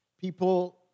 People